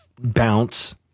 bounce